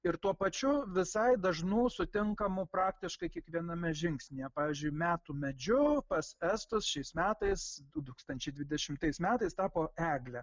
ir tuo pačiu visai dažnų sutinkamų praktiškai kiekviename žingsnyje pavyzdžiui metų medžiu pas estus šiais metais du tūkstančiai dvidešimtais metais tapo eglė